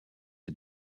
est